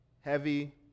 heavy